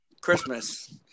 Christmas